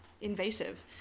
invasive